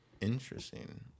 Interesting